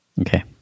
Okay